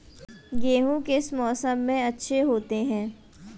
गेहूँ किस मौसम में अच्छे होते हैं?